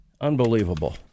Unbelievable